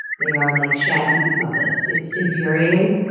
they are like shaggy muppets. it's infuriating.